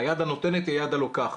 היד הנותנת היא היד הלוקחת.